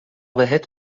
بهت